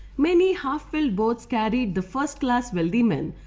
many half filled boats carried the first class wealthy men.